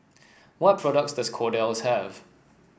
what products does Kordel's have